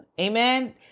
Amen